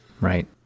Right